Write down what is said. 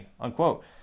unquote